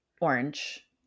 orange